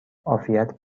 عافیت